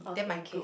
okay okay